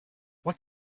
what